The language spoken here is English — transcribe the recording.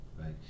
right